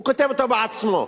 הוא כותב אותו בעצמו,